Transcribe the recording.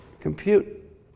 compute